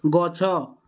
ଗଛ